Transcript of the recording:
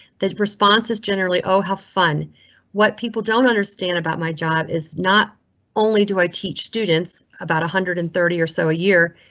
that response is generally, oh, how fun what people don't understand about my job is not only do i teach students about one hundred and thirty or so a year.